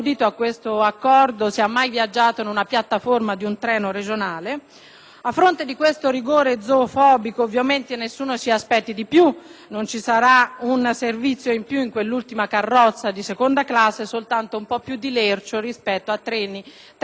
A fronte di questo rigore zoofobico ovviamente nessuno si aspetti di più. Non ci sarà un servizio in più in quell'ultima carrozza di seconda classe, ma soltanto un po' più di lercio rispetto a treni che già lerci sono e non per colpa degli animali!